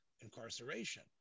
incarceration